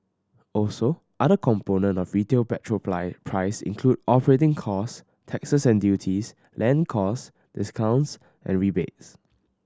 also other components of retail petrol price price include operating costs taxes and duties land costs discounts and rebates